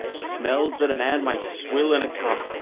smells that a man might swill in a cup,